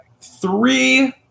three